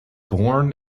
born